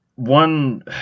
One